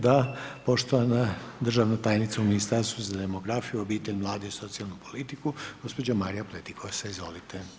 Da, poštovana državna tajnica u Ministarstvu za demografiju, obitelj, mlade i socijalnu politiku gđa. Marija Pletikosa, izvolite.